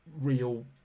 Real